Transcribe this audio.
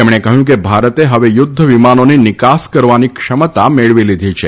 તેમણે કહ્યું કે ભારતે હવે યુધ્ધ વિમાનોની નિકાસ કરવાની ક્ષમતા મેળવી લીધી છે